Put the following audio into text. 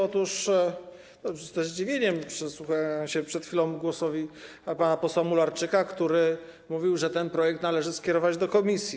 Otóż ze zdziwieniem przysłuchiwałem się przed chwilą głosowi pana posła Mularczyka, który mówił, że ten projekt należy skierować do komisji.